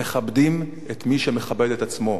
מכבדים את מי שמכבד את עצמו,